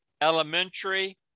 elementary